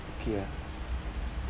ya